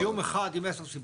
איום אחד עם עשר סיבות.